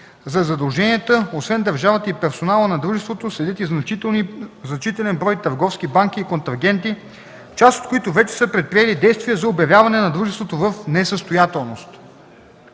Зад задълженията, освен държавата и персонала на дружеството, седят и значителен брой търговски банки и контрагенти, част от които вече са предприели действия за обявяване на дружеството в несъстоятелност.